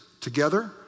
together